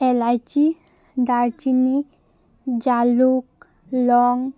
এলাইচী দালচিনি জালুক লং